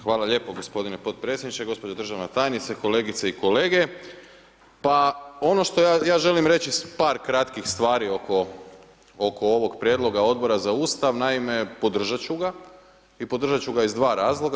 Hvala lijepo gospodine podpredsjedniče, gospođo državna tajnice, kolegice i kolege, pa ono što ja želim reći par kratkih stvari oko ovog prijedloga Odbora za Ustav, naime podržat ću ga i podržat ću ga iz dva razloga.